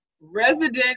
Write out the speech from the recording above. resident